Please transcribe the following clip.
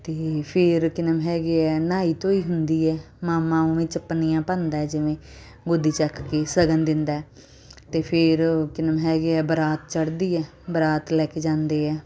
ਅਤੇ ਫਿਰ ਕੀ ਨਾਮ ਹੈਗੇ ਆ ਨਹਾਈ ਧੋਈ ਹੁੰਦੀ ਹੈ ਮਾਮਾ ਉਵੇਂ ਚੱਪਣੀਆਂ ਭੰਨਦਾ ਜਿਵੇਂ ਗੋਦੀ ਚੱਕ ਕੇ ਸਗਨ ਦਿੰਦਾ ਅਤੇ ਫਿਰ ਕੀ ਨਾਮ ਹੈਗੇ ਆ ਬਰਾਤ ਚੜਦੀ ਆ ਬਰਾਤ ਲੈ ਕੇ ਜਾਂਦੇ ਆ